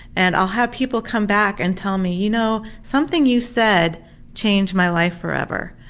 and i'll have people come back and tell me you know something you said changed my life forever,